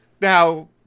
now